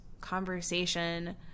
conversation